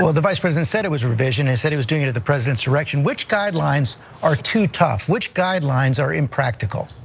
the vice president said it was a revision, he said he was doing it at the president's direction. which guidelines are too tough, which guidelines are impractical?